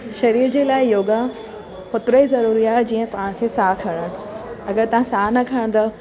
शरीर जे लाइ योगा होतिरो ई ज़रूरी आहे जीअं तव्हांखे साहु खणणु अगरि तव्हां साहु न खणंदो